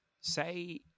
say